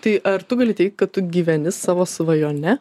tai ar tu gali teigt kad tu gyveni savo svajone